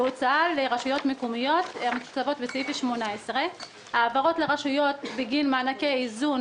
בהוצאה לרשויות מקומיות המתוקצבות בסעיף 18. מדובר על העברות לרשויות בגין מענקי איזון.